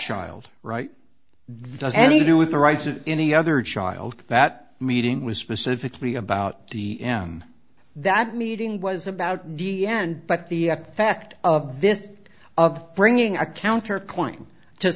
child right thus any do with the rights of any other child that meeting was specifically about the m that meeting was about the end but the effect of this of bringing a counterpoint to